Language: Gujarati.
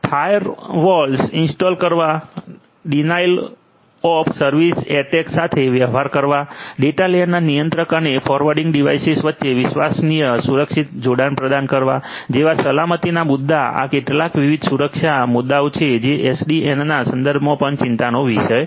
ફાયરવોલ્સ ઇન્સ્ટોલ કરવા ડિનાઇલ ઓફ સર્વિસ એટેક સાથે વ્યવહાર કરવા ડેટા લેયરમાં નિયંત્રક અને ફોરવર્ડિંગ ડિવાઇસેસ વચ્ચે વિશ્વસનીય સુરક્ષિત જોડાણ પ્રદાન કરવા જેવા સલામતીના મુદ્દા આ કેટલાક વિવિધ સુરક્ષા મુદ્દાઓ છે જે એસડીએનના સંદર્ભમાં પણ ચિંતાનો વિષય છે